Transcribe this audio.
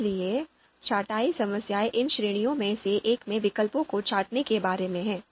इसलिए छँटाई समस्या इन श्रेणियों में से एक में विकल्पों को छाँटने के बारे में है